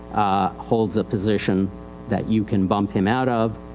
holds a position that you can bump him out of.